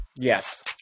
Yes